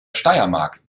steiermark